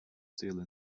stealing